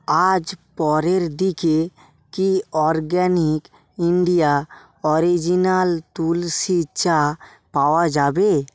আজ পরের দিকে কি অরগ্যানিক ইন্ডিয়া অরিজিনাল তুলসি চা পাওয়া যাবে